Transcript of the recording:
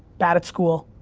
bad at school,